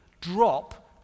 drop